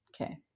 Okay